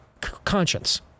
conscience